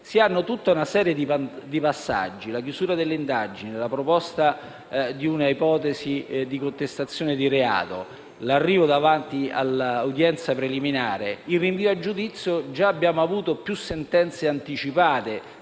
si hanno tutta una serie di passaggi: la chiusura delle indagini, la proposta di una ipotesi di contestazione di reato, l'arrivo davanti all'udienza preliminare e il rinvio a giudizio; abbiamo quindi già avuto più sentenze anticipate